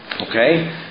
Okay